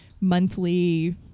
monthly